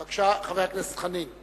בבקשה, חבר הכנסת חנין.